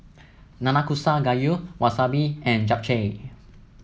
Nanakusa Gayu Wasabi and Japchae